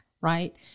right